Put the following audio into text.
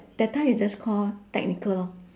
that time is just call technical lor